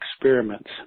experiments